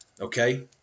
okay